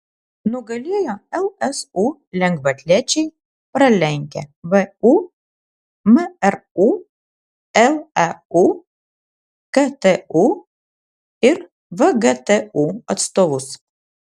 nugalėjo lsu lengvaatlečiai pralenkę vu mru leu ktu ir vgtu atstovus